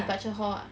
departure hall ah